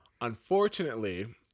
Unfortunately